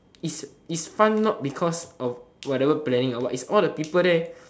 it's it's fun not because of whatever planning or what it's all the people there